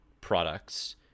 products